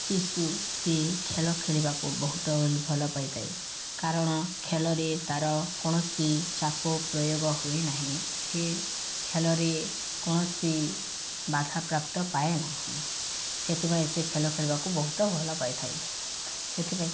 ଶିଶୁ ସେ ଖେଳ ଖେଳିବାକୁ ବହୁତ ଭଲ ପାଇଥାଏ କାରଣ ଖେଳରେ ତାର କୌଣସି ଚାପ ପ୍ରୟୋଗ ହୁଏ ନାହିଁ ସେ ଖେଳରେ କୌଣସି ବାଧାପ୍ରାପ୍ତ ପାଏ ନାହିଁ ସେଥିପାଇଁ ସେ ଖେଳ ଖେଳିବାକୁ ବହୁତ ଭଲ ପାଇଥାଏ ସେଥିପାଇଁ